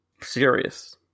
serious